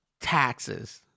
taxes